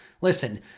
Listen